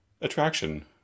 attraction